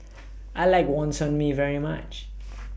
I like Wonton Mee very much